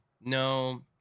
No